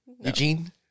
eugene